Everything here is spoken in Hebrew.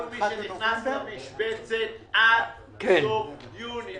כל מי שנכנס למשבצת עד סוף יוני.